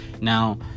now